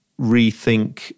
rethink